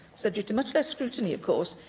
subject to much less scrutiny, of course,